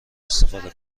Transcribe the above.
استفاده